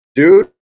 Dude